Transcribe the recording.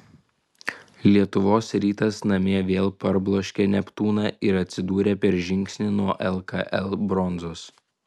lietuvos rytas namie vėl parbloškė neptūną ir atsidūrė per žingsnį nuo lkl bronzos